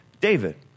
David